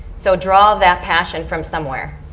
so draw that passion from somewhere.